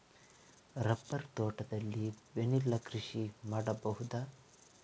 Rubber ತೋಟದಲ್ಲಿ vanilla ಕೃಷಿ ಮಾಡಬಹುದಾ?